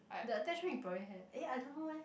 the attached me you probably have eh I don't know meh